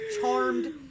Charmed